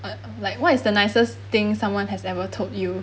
uh like what is the nicest thing someone has ever told you